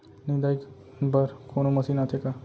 निंदाई बर कोनो मशीन आथे का?